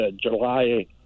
July